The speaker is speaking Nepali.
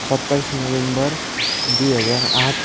सत्ताइस नोभेम्बर दुई हजार आठ